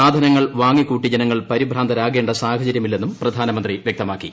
സാധനങ്ങൾ വാങ്ങിക്കൂട്ടി ജനങ്ങൾ പരിഭ്രാന്തരാകേണ്ട സാഹചര്യമില്ലെന്നും പ്രധാനമന്ത്രി വ്യക്തമാക്കി